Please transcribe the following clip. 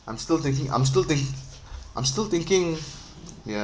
I'm still thinking I'm still think~ I'm still thinking ya